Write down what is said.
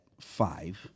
five